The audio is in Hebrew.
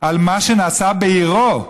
על מה שנעשה בעירו.